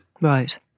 Right